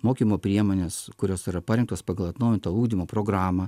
mokymo priemones kurios yra parengtos pagal atnaujintą ugdymo programą